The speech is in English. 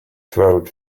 throat